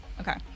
okay